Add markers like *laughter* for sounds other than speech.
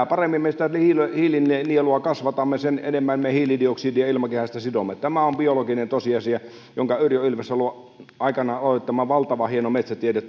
*unintelligible* paremmin me sitä hiilinielua kasvatamme sitä enemmän me hiilidioksidia ilmakehästä sidomme tämä on biologinen tosiasia jonka yrjö ilvessalon aikanaan aloittama valtavan hieno metsätiede *unintelligible*